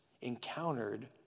encountered